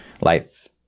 life